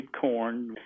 corn